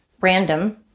random